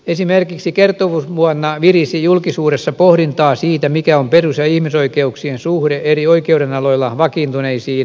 esimerkiksi kertomusvuonna virisi julkisuudessa pohdintaa siitä mikä on perus ja ihmisoikeuksien suhde eri oikeudenaloilla vakiintuneisiin tulkintaperiaatteisiin